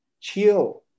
chill